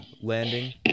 landing